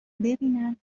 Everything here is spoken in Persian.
ببینن